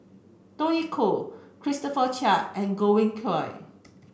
Tony Khoo Christopher Chia and Godwin Koay